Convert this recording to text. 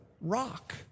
rock